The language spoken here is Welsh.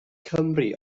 cymru